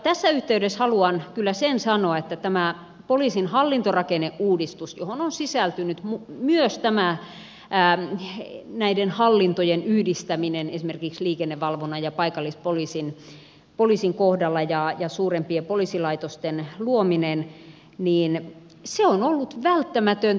tässä yhteydessä haluan kyllä sen sanoa että tämä poliisin hallintorakenneuudistus johon on sisältynyt myös näiden hallintojen yhdistäminen esimerkiksi liikennevalvonnan ja paikallispoliisin kohdalla sekä suurempien poliisilaitosten luominen on ollut välttämätöntä